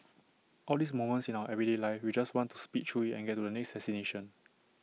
all these moments in our everyday life we just want to speed through IT and get to the next destination